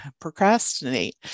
procrastinate